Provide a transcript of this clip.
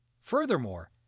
Furthermore